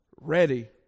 ready